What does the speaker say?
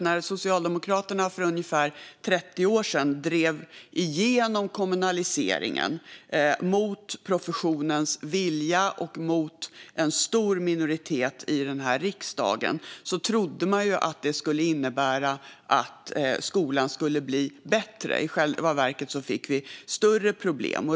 När Socialdemokraterna för ungefär 30 år sedan drev igenom kommunaliseringen, mot professionens vilja och mot en stor minoritet i riksdagen, trodde man att det skulle innebära att skolan skulle bli bättre. I själva verket fick vi större problem.